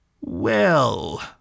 Well